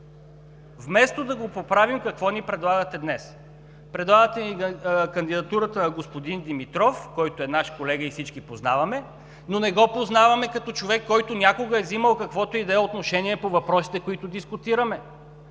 Вместо да го поправим, какво ни предлагате днес? Предлагате ни кандидатурата на господин Димитров, който е наш колега и всички го познаваме, но не го познаваме като човек, който някога е взимал каквото и да е отношение по въпросите, които дискутираме.